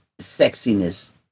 sexiness